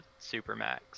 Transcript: supermax